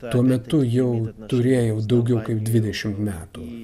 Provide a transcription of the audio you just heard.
tuo metu jau turėjau daugiau kaip dvidešimt metų